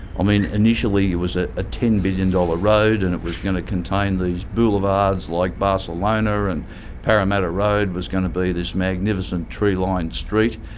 i mean, initially it was ah a ten billion dollars road and it was going to contain these boulevards like barcelona, and parramatta road was going to be this magnificent tree-lined street.